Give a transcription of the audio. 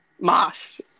Mosh